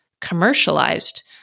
commercialized